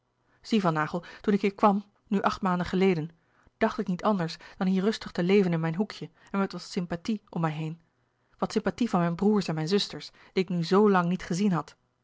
zie van naghel toen ik hier kwam nu acht maanden geleden dacht ik niet anders dan hier rustig te leven in mijn hoekje en met wat sympathie om mij heen wat sympathie van mijn broêrs en mijn zusters die ik in z lang niet gezien had